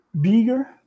bigger